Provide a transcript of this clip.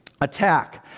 attack